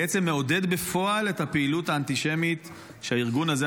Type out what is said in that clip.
בעצם מעודד בפועל את הפעילות האנטישמית של הארגון הזה.